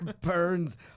Burns